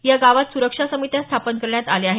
या गावात सुरक्षा समित्या स्थापन करण्यात आल्या आहेत